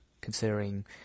considering